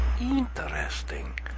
Interesting